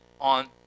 on